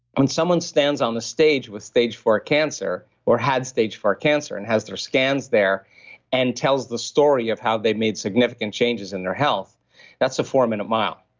when someone stands on the stage with stage four cancer or had stage four cancer and has their scans there and tells the story of how they made significant changes in their health that's the four-minute mile.